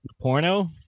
porno